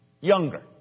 Younger